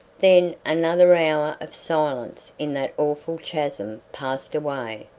then another hour of silence in that awful chasm passed away,